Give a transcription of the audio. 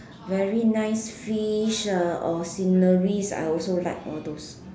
very nice fish ah or sceneries I also like all those